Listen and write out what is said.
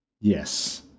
Yes